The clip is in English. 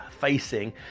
facing